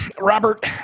Robert